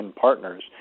partners